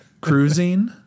cruising